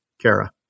Kara